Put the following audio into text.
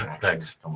Thanks